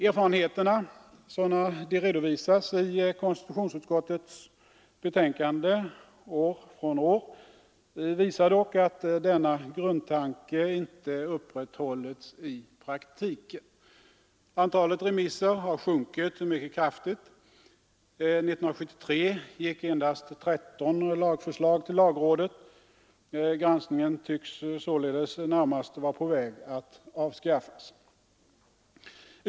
Erfarenheterna, sådana de redovisas i konstitutionsutskottets betänkanden år från år, visar dock att denna grundtanke inte upprätthållits i praktiken. Antalet remisser har sjunkit mycket kraftigt. 1973 gick endast 13 lagförslag till lagrådet; granskningen tycks således närmast vara på väg att avskaffas.